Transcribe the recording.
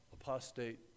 apostate